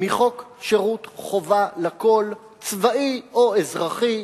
מחוק שירות חובה לכול, צבאי או אזרחי,